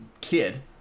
kid